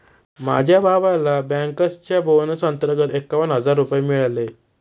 माझ्या भावाला बँकर्सच्या बोनस अंतर्गत एकावन्न हजार रुपये मिळाले